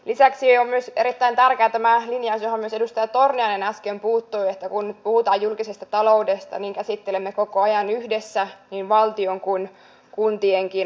lisäksi on myös erittäin tärkeä tämä linjaus johon myös edustaja torniainen äsken puuttui että kun nyt puhutaan julkisesta taloudesta niin käsittelemme koko ajan yhdessä niin valtion kuin kuntienkin taloutta